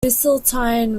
byzantine